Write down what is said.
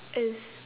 it's